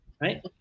right